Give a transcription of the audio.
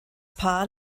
paar